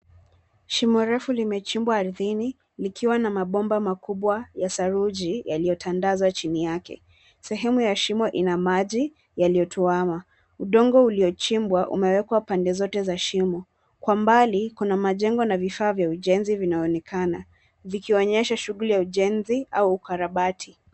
Shimo refu limechimbwa ardhini, likiwa na mabomba makubwa ya saruji yaliyotandazwa chini yake. Sehemu ya shimo ina maji yaliyotuama. Udongo uliyochimbwa umewekwa pande zote za shimo. Kwa mbali, kuna majengo na vifaa vya ujenzi vinavyoonekana, vikionyesha shughuli za ujenzi au ukarabati.